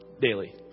daily